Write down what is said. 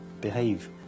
behave